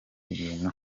ibintu